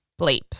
bleep